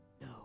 No